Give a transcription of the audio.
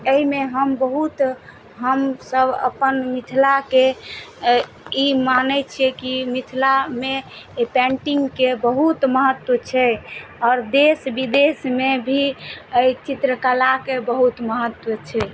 अइमे हम बहुत हमसब अपन मिथिलाके ई मानय छियै कि मिथिलामे पेन्टिंगके बहुत महत्व छै आओर देश विदेशमे भी अइ चित्रकलाके बहुत महत्व छै